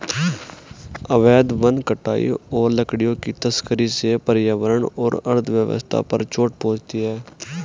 अवैध वन कटाई और लकड़ियों की तस्करी से पर्यावरण और अर्थव्यवस्था पर चोट पहुँचती है